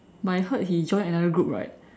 but I heard he join another group right